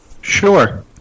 Sure